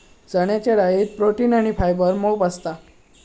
चण्याच्या डाळीत प्रोटीन आणी फायबर मोप असता